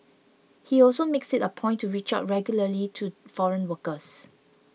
he also makes it a point to reach out regularly to foreign workers